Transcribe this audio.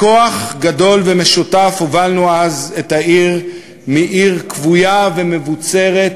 בכוח גדול ומשותף הובלנו אז את העיר מעיר כבויה ומבוצרת